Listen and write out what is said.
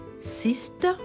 sister